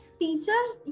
teachers